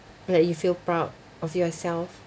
like you feel proud of yourself